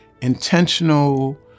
intentional